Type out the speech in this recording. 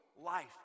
life